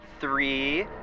Three